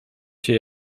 się